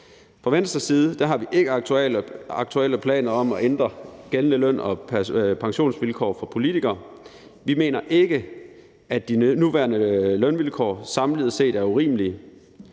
Fra Venstres side har vi ikke aktuelle planer om at ændre gældende løn- og pensionsvilkår for politikere. Vi mener ikke, at de nuværende lønvilkår samlet set er urimelige,